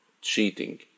cheating